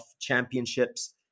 championships